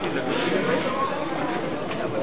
נתקבלה.